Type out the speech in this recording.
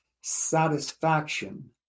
satisfaction